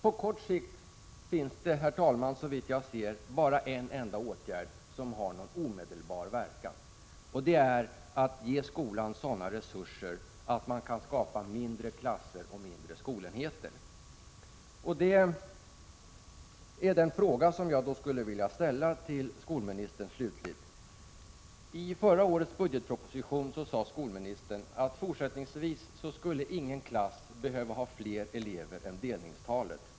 På kort sikt finns det, herr talman, såvitt jag ser, bara en enda åtgärd som kan få någon omedelbar verkan, och det är att ge skolan sådana resurser att man kan skapa mindre klasser och mindre skolenheter. Mot den bakgrunden skulle jag slutligen vilja ställa en fråga till skolministern. I förra årets budgetproposition sade skolministern att ingen klass fortsättningsvis skulle behöva ha fler elever än vad som motsvaras av delningstalet.